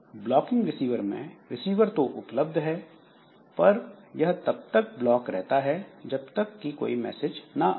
blocking receiver मैं receiver तो उपलब्ध है पर यह तब तक ब्लॉक रहता है जब तक कोई मैसेज ना आए